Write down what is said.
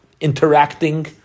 interacting